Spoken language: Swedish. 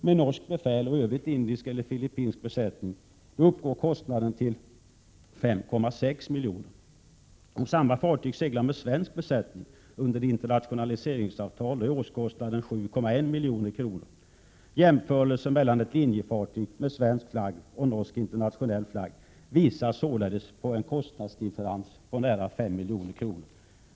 Med norskt befäl och i övrigt indisk eller filippinsk besättning uppgår kostnaden till ca 5,6 milj.kr. Om samma fartyg seglar med svensk besättning under internationaliseringsavtal, är årskostnaden ca 7,1 milj.kr. Jämförelser mellan ett linjefartyg med svensk flagg och norsk internationell flagg visar således på en kostnadsdifferens på nära 5 milj.kr.